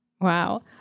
Wow